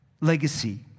legacy